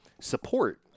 support